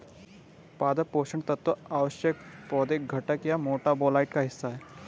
पादप पोषण तत्व आवश्यक पौधे घटक या मेटाबोलाइट का हिस्सा है